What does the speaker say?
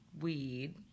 weed